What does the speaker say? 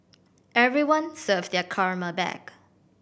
everyone serve their karma back